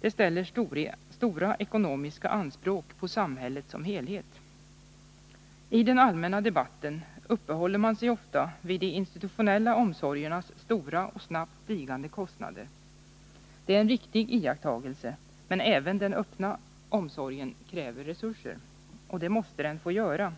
Det ställer stora ekonomiska anspråk på samhället som helhet. I den allmänna debatten uppehåller man sig ofta vid de institutionella omsorgernas stora och snabbt stigande kostnader. Det är en riktig iakttagelse, men även den öppna omsorgen kräver resurser. Och det måste den få göra.